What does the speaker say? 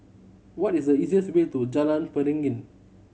what is the easiest way to Jalan Beringin